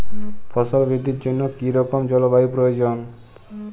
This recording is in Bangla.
ফসল বৃদ্ধির জন্য কী রকম জলবায়ু প্রয়োজন?